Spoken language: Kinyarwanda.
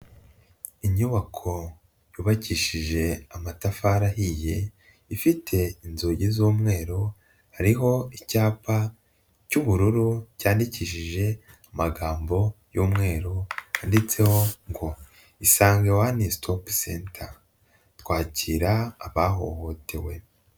Inyubako yubakishije amatafari ahiye. Ifite inzugi z'umweru hariho icyapa cy'ubururu cyandikishije amagambo y'umweru. Cyanditseho ngo isangage one stop center twakira abahohotewe.